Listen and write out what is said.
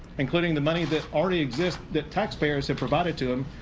including the money that already exists that taxpayers have provided to him.